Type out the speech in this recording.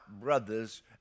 brothers